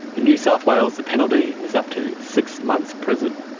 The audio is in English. in new south wales the penalty is up to six months prison.